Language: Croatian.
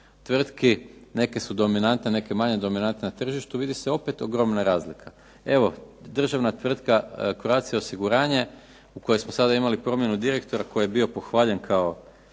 tvrtki, neke su dominantne, neke manje dominantne na tržištu vidi se opet ogromna razlika. Evo, državna tvrtka Croatia osiguranje u kojoj smo sada imali promjenu direktora koji je bio pohvaljen kao